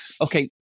Okay